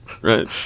right